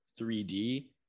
3D